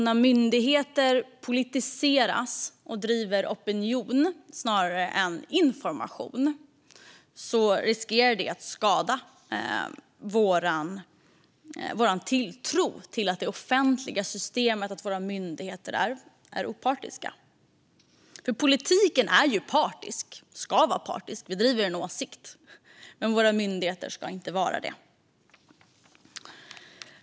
När myndigheter politiseras och sysslar med opinionsbildning snarare än med information riskerar det att skada vår tilltro till att det offentliga systemet och våra myndigheter är opartiska. Politiken är ju partisk och ska vara det. Den handlar ju om åsikter. Men våra myndigheter ska inte vara det.